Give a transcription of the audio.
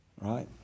right